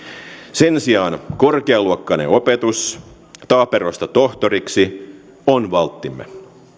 sen sijaan korkealuokkainen opetus taaperosta tohtoriksi on valttimme